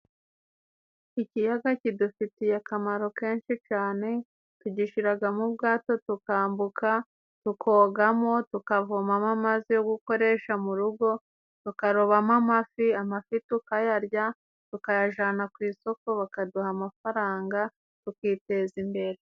Ikiyaga kidufitiye akamaro kenshi cyane tugishyiramo ubwato tukambuka, tukogamo, tukavomamo amazi yo gukoresha mu rugo, tukarobamo amafi, amafi tukayarya, tukayajyana ku isoko bakaduha amafaranga tukiteza imbere.